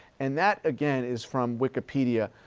and that again is from wikipedia.